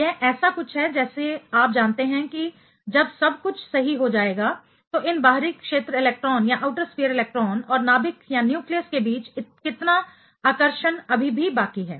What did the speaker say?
यह ऐसा कुछ है जैसे आप जानते हैं कि जब सब कुछ सही हो जाएगा तो इन बाहरी क्षेत्र इलेक्ट्रॉन और नाभिक न्यूक्लियस के बीच कितना आकर्षण अभी भी बाकी है